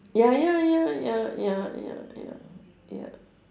ya ya ya ya ya ya ya ya